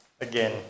again